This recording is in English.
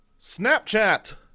Snapchat